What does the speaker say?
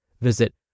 Visit